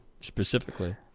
specifically